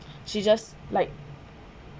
she just like